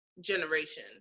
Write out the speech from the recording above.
generation